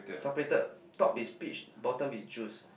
separated top is beach bottom is juice